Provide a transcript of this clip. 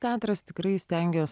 teatras tikrai stengiuos